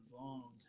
long